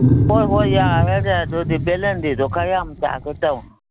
ꯍꯣꯏ ꯍꯣꯏ ꯌꯥꯔꯒ ꯑꯗꯨꯗꯤ ꯕꯦꯂꯦꯟꯗ꯭ꯔꯤꯗꯣ ꯈꯔ ꯌꯥꯝ ꯆꯥꯒꯦ ꯇꯧꯅꯤ